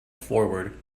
forward